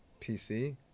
PC